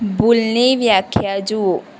ભૂલની વ્યાખ્યા જુઓ